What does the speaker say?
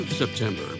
September